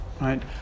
right